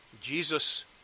Jesus